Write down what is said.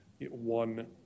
one